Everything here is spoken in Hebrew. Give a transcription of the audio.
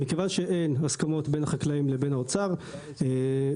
מכיוון שאין הסכמות בין החקלאים לבין האוצר מחולקות